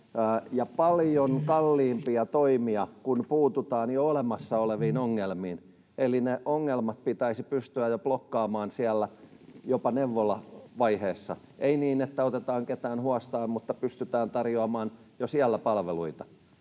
ja paljon kalliimpia toimia, kun puututaan jo olemassa oleviin ongelmiin. Eli ne ongelmat pitäisi pystyä blokkaamaan jopa jo siellä neuvolavaiheessa, ei niin, että otetaan ketään huostaan, mutta pystytään tarjoamaan jo siellä palveluita.